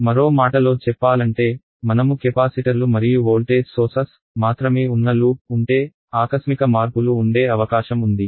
మరో మాటలో చెప్పాలంటే మనము కెపాసిటర్లు మరియు వోల్టేజ్ మూలాలు మాత్రమే ఉన్న లూప్ ఉంటే ఆకస్మిక మార్పులు ఉండే అవకాశం ఉంది